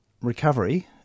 recovery